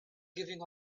giving